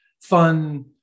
fun